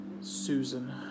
Susan